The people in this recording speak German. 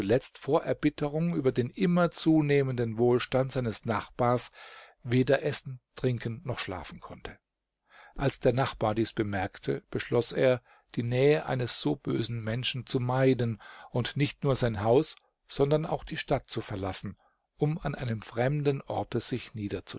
zuletzt vor erbitterung über den immer zunehmenden wohlstand seines nachbars weder essen trinken noch schlafen konnte als der nachbar dieses bemerkte beschloß er die nähe eines so bösen menschen zu meiden und nicht nur sein haus sondern auch die stadt zu verlassen um an einem fremden orte sich